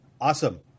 Awesome